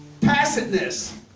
Passiveness